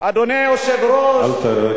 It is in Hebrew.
לא לא לא, אל תאמר